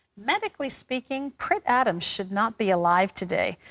medically speaking, prit adams should not be alive today,